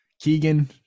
Keegan